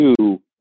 two